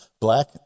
black